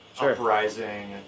uprising